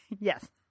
yes